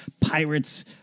Pirate's